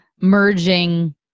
merging